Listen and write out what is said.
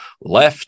left